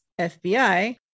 FBI